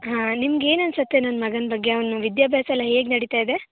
ಹಾಂ ನಿಮಗೆ ಏನು ಅನಿಸುತ್ತೆ ನನ್ನ ಮಗನ ಬಗ್ಗೆ ಅವನ ವಿದ್ಯಾಭ್ಯಾಸ ಎಲ್ಲ ಹೇಗೆ ನಡೀತಾ ಇದೆ